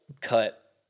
cut